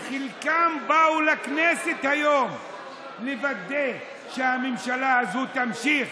חלקם באו לכנסת היום לוודא שהממשלה הזו תמשיך.